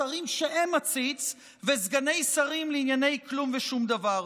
שרים שהם עציץ וסגני שרים לענייני כלום ושום דבר.